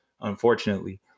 unfortunately